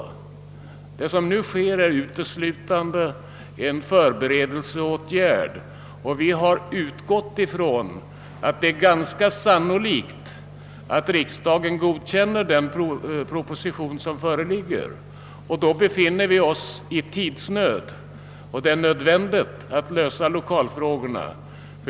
Vad som nu sker är uteslutande förberedande åtgärder. Man har utgått från att det är ganska sannolikt att riksdagen godkänner den proposition som framlagts, och då befinner vi oss i tidsnöd. Det är nödvändigt att lösa lokalfrågorna.